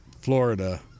florida